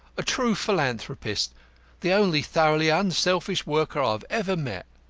a true philanthropist the only thoroughly unselfish worker i've ever met.